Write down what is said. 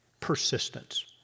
Persistence